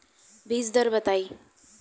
बीज दर बताई?